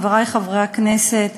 חברי חברי הכנסת,